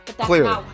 clearly